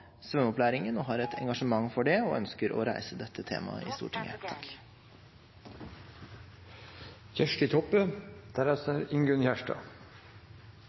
svømmeopplæringen, har et engasjement for det, og ønsker å reise dette temaet i Stortinget. Takk